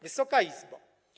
Wysoka Izbo!